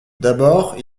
d’abord